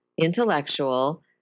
intellectual